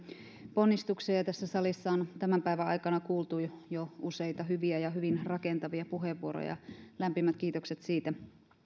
ponnistuksia ja tässä salissa on tämän päivän aikana kuultu jo useita hyviä ja hyvin rakentavia puheenvuoroja lämpimät kiitokset siitä